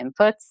inputs